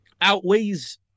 Outweighs